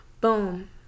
Boom